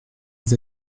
des